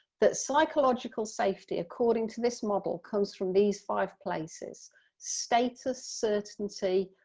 that psychological safety according to this model comes from these five places status, certainty,